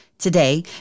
Today